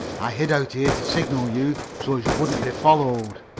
i hid out here to signal you so's you wouldn't be followed.